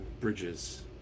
bridges